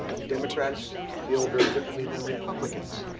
democrats feel very differently than republicans.